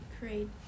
create